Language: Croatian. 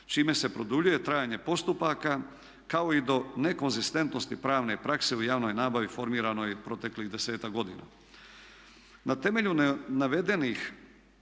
čime se produljuje trajanje postupaka kao i do nekonzistentnosti pravne prakse u javnoj nabavi formiranoj proteklih 10-ak godina. Na temelju navedenih